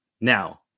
Now